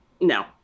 No